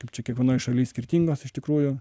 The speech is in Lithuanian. kaip čia kiekvienoj šaly skirtingos iš tikrųjų